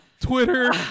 Twitter